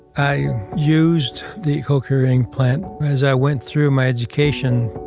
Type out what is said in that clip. i used the cochlear implant as i went through my education.